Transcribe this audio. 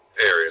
area